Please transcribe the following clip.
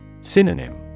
Synonym